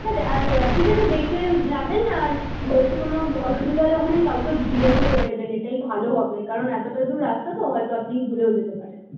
ঠিক আছে আর ঠিক আছে দেখে যাবেন আর বলছি কোনো অসুবিধা হলে ওখানে কাউকে জিজ্ঞেস করে নেবেন এইটাই ভালো হবে কারণ এতোটা দূর রাস্তা তো হয়তো আপনি ভুলেও যেতে পারেন